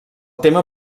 tema